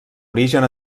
origen